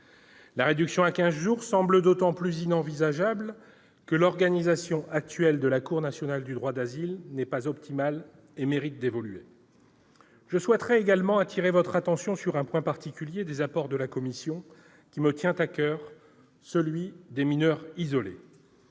La réduction à quinze jours semble d'autant plus inenvisageable que l'organisation actuelle de la Cour nationale du droit d'asile n'est pas optimale et mérite d'évoluer. Je souhaite également attirer votre attention sur un point particulier des apports de la commission qui me tient à coeur, celui des mineurs isolés.